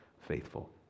faithful